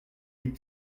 les